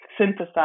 synthesize